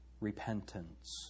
repentance